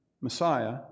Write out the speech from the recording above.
Messiah